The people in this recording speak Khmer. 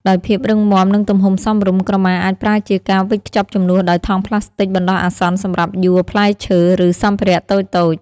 ដោយភាពរឹងមាំ និងទំហំសមរម្យ ក្រមាអាចប្រើជាកាវិចខ្ចប់ជំនួសដោយថង់ផ្លាស្ទិចបណ្តោះអាសន្នសម្រាប់យួរផ្លែឈើ ឬសម្ភារៈតូចៗ។